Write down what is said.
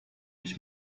ich